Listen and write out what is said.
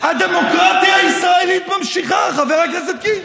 הדמוקרטיה הישראלית נמשכת, חבר הכנסת קיש.